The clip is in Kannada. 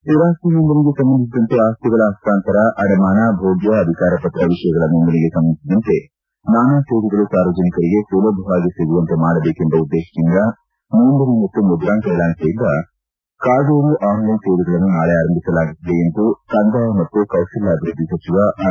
ಸ್ಟಿರಾಸ್ತಿ ನೋಂದಣಿಗೆ ಸಂಬಂಧಿಸಿದಂತೆ ಆಸ್ತಿಗಳ ಪಸ್ತಾಂತರ ಅಡಮಾನ ಭೋಗ್ಯ ಅಧಿಕಾರಪತ್ರ ವಿಷಯಗಳ ನೋಂದಣಿಗೆ ಸಂಬಂಧಿಸಿದಂತೆ ನಾನಾ ಸೇವೆಗಳು ಸಾರ್ವಜನಿಕರಿಗೆ ಸುಲಭವಾಗಿ ಸಿಗುವಂತೆ ಮಾಡಬೇಕೆಂಬ ಉದ್ದೇಶದಿಂದ ನೋಂದಣಿ ಮತ್ತು ಮುದ್ರಾಂಕ ಇಲಾಖೆಯಿಂದ ಕಾವೇರಿ ಆನ್ಲೈನ್ ಸೇವೆ ಗಳನ್ನು ನಾಳೆ ಆರಂಭಿಸಲಾಗುತ್ತಿದೆ ಎಂದು ಕಂದಾಯ ಮತ್ತು ಕೌಶಲಾಭಿವ್ಯದ್ದಿ ಸಚಿವ ಆರ್